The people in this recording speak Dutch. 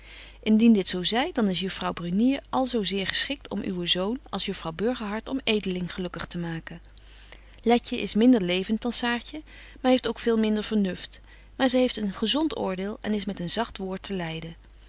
indien dit zo zy dan is juffrouw brunier al zo zeer geschikt om uwen zoon als juffrouw burgerhart om edeling gelukkig te maken letje is minder levent dan saartje heeft ook veel minder vernuft maar zy heeft een gezont oordeel en is met een zagt woord te leiden